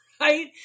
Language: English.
right